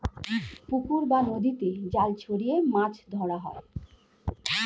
পুকুর বা নদীতে জাল ছড়িয়ে মাছ ধরা হয়